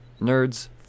nerds